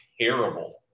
terrible